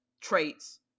traits